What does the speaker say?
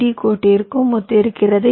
D கோட்டிற்கும் ஒத்திருக்கிறது